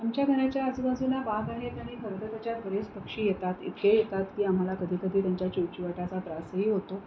आमच्या घराच्या आजूबाजूला बाग आहे आणि खरं तर त्याच्या बरेच पक्षी येतात इतके येतात की आम्हाला कधीकधी त्यांच्या चिवचिवाटाचा त्रासही होतो